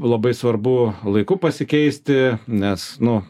labai svarbu laiku pasikeisti nes nu